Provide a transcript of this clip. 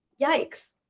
yikes